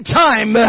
time